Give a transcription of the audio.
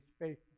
faithful